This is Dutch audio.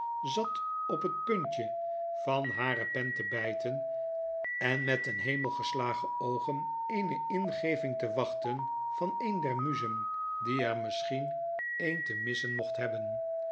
zat op het puntje van hare pen te byten en met ten hemel gestagen oogen eene ingeving te wachten van een der muzen die er misschien eentemissen mocht hebben